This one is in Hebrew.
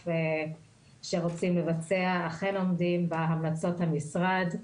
שרוצים לבצע אכן עומדים בהמלצות המשרד.